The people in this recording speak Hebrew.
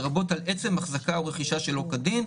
לרבות על עצם החזקה או רכישה שלא כדין".